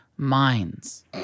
Minds